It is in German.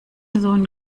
sohn